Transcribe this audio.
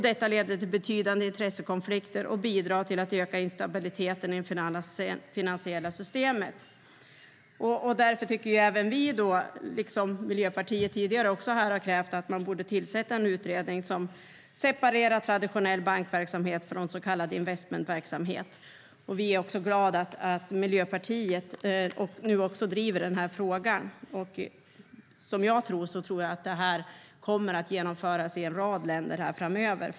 Detta leder till betydande intressekonflikter och bidrar till att öka instabiliteten i det finansiella systemet. Därför tycker även vi, liksom Miljöpartiet tidigare har krävt, att man borde tillsätta en utredning som separerar traditionell bankverksamhet från så kallad investmentverksamhet. Vi är glada att också Miljöpartiet nu driver frågan. Jag tror att det kommer att genomföras i en rad länder framöver.